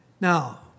Now